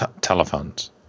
telephones